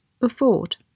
afford